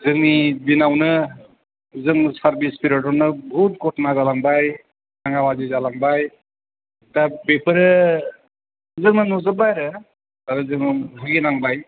जोंनि दिनआवनो जों साबिस पेरियडआवनो बहुद गथना जालांबाय दाङा बाजि जालांबाय दा बेफोरो जोङो नुजोबबाय आरो जोङो बुगिनांबाय